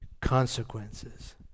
consequences